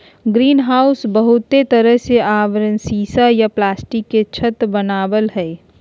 greenhouse बहुते तरह के आवरण सीसा या प्लास्टिक के छत वनावई हई